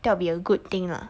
that will be a good thing ah